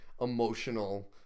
emotional